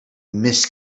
miss